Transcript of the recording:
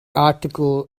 article